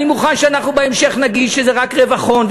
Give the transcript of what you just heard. אני מוכן שבהמשך נגיד שזה רק רווח הון,